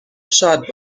شاد